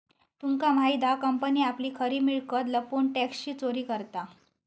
तुमका माहित हा कंपनी आपली खरी मिळकत लपवून टॅक्सची चोरी करता